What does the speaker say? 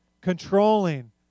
Controlling